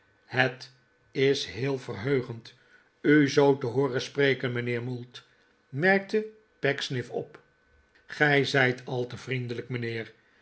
het is heel verheugepd u zoo te hooren spreken mijnheer mould merkte pecksniff op gij zijt al te vriendelijk mijnheer